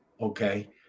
okay